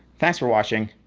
thanks for watching,